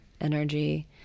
energy